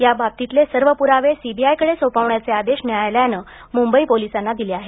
याबाबतीतले सर्व पुरावे सीबीआयकडे सोपवण्याचे आदेश न्यायालयानं मुंबई पोलिसांना दिले आहेत